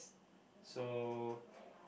so